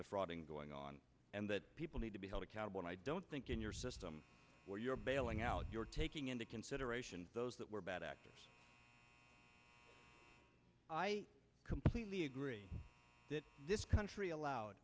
defrauding going on and that people need to be held accountable i don't think in your system where you're bailing out you're taking into consideration those that were bad actors i completely agree that this country allowed